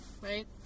Right